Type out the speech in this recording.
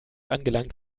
angelangt